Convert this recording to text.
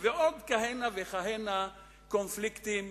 ועוד כהנה וכהנה קונפליקטים,